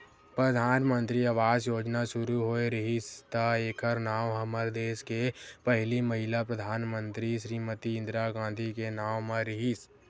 परधानमंतरी आवास योजना सुरू होए रिहिस त एखर नांव हमर देस के पहिली महिला परधानमंतरी श्रीमती इंदिरा गांधी के नांव म रिहिस